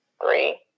three